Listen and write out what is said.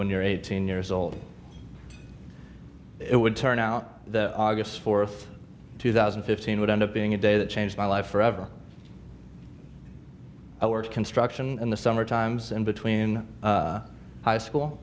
when you're eighteen years old it would turn out the august fourth two thousand and fifteen would end up being a day that changed my life forever i worked construction in the summer times and between high school